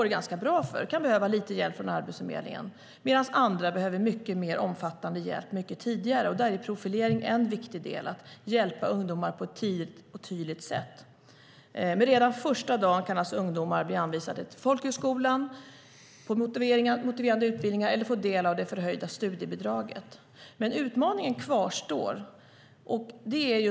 De kan behöva lite hjälp från Arbetsförmedlingen, men det finns andra som behöver mycket mer omfattande hjälp mycket tidigare. Där är profilering en viktig del - att hjälpa ungdomar på ett tidigt och tydligt sätt. Redan första dagen kan ungdomar alltså bli anvisade till folkhögskolan på motiverande utbildningar eller få del av det förhöjda studiebidraget. Men utmaningen kvarstår.